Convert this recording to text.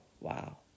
wow